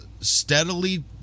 steadily